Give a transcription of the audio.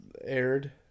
aired